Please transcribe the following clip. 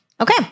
Okay